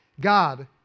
God